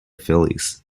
phillies